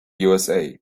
usa